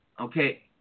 Okay